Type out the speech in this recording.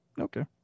Okay